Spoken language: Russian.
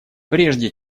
прежде